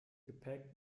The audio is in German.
gepäck